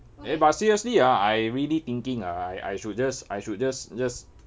eh but seriously ah I really thinking ah I should just I should just just